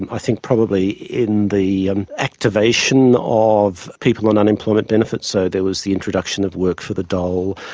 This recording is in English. i think, probably in the activation of people on unemployment benefits, so there was the introduction of work for the dole,